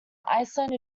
iceland